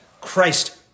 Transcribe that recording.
Christ